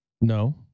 No